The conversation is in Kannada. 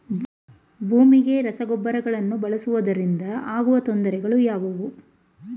ಭೂಮಿಗೆ ರಸಗೊಬ್ಬರಗಳನ್ನು ಬಳಸುವುದರಿಂದ ಆಗುವ ತೊಂದರೆಗಳು ಯಾವುವು?